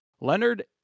Leonard